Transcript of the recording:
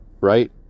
right